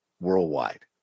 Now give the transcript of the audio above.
worldwide